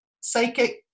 Psychic